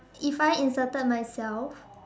if I inserted myself